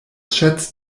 schätzt